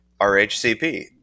RHCp